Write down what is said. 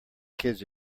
kids